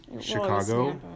chicago